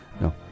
No